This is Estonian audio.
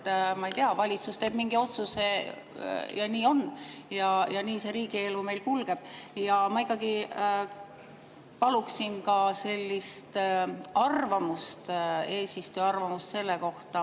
ma ei tea, valitsus teeb mingi otsuse, ja nii on ja nii see riigi elu meil kulgeb? Ja ma ikkagi paluksin ka eesistuja arvamust selle kohta,